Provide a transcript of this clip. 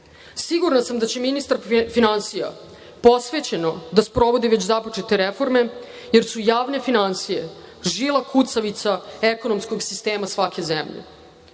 sam da će ministar finansija posvećeno da sprovodi već započete reforme, jer su javne finansije žila kucavica ekonomskog sistema svake